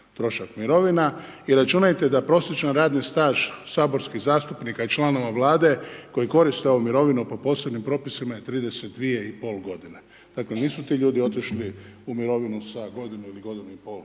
trošak mirovina, i računajte da prosječan radni staž saborskih zastupnika i članova Vlade, koji koriste ovu mirovinu po posebnih propisima je 32,5 godine, dakle, nisu ti ljudi otišli u mirovinu sa godinu ili godinu i pol